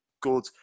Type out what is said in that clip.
good